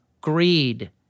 greed